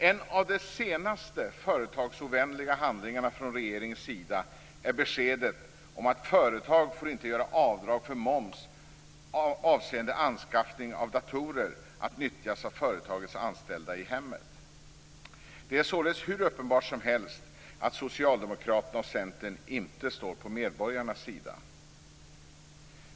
En av de senaste företagsovänliga handlingarna från regeringens sida är beskedet om att företag inte får göra avdrag för moms avseende anskaffning av datorer att nyttjas av företagens anställda i hemmet. Det är således hur uppenbart som helst att Socialdemokraterna och Centern inte står på medborgarnas sida.